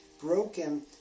broken